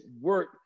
work